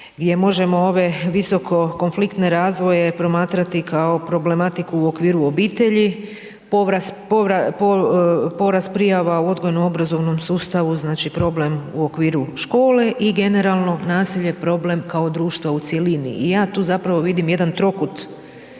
gdje možemo ove visoko konfliktne razvoje, promatrati kao problematiku u okviru obitelji, porast prijava u odgojno obrazovnom sustavu, znači problem u okviru škole i generalno nasilje problem, kao društva u cjelini. I ja tu zapravo vidim jedan trokut